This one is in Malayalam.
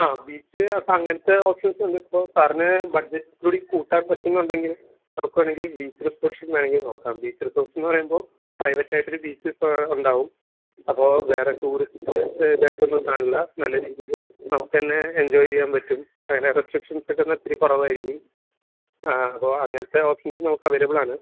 അ ബീച്ച് അപ്പം അങ്ങനത്തെ ഓപ്ഷൻസ് ഉണ്ട് ഇപ്പോൾ സാറിന് ബഡ്ജറ്റ് കൂടി കൂട്ടാൻ പറ്റുമെന്നുണ്ടെങ്കിൽ നമുക്ക് വേണമെങ്കിൽ ബീച്ച് റിസോർട്സും വേണമെങ്കിൽ നോക്കാം ബീച്ച് റിസോർട്ട്സ് എന്ന് പറയുമ്പോൾ പ്രൈവറ്റ് ആയിട്ടൊരു ബീച്ച് ഇപ്പം ഉണ്ടാവും അപ്പോൾ വേറെ ടൂറിസ്റ്റിൻ്റെ ഇതായിട്ടൊന്നും കാണില്ല നല്ല രീതിയിൽ നമുക്ക് തന്നെ എൻജോയ് ചെയ്യാൻ പറ്റും അതിന് റെസ്ട്രിക്ഷൻസ് ഒക്കെ ഒത്തിരി കുറവായിരിക്കും അപ്പോൾ അങ്ങനത്തെ ഓപ്ഷൻസും നമുക്ക് അവൈലബിൾ ആണ്